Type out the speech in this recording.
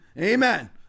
Amen